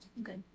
Okay